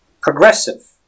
progressive